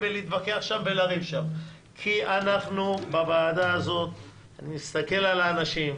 זה לא ועדת הכספים.